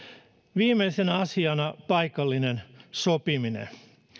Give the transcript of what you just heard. viimeisenä asiana paikallinen sopiminen